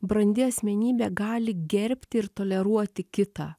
brandi asmenybė gali gerbti ir toleruoti kitą